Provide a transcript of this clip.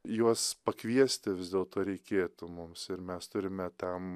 juos pakviesti vis dėlto reikėtų mums ir mes turime tam